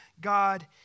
God